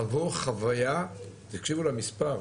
חוו חוויה תקשיבו למספר,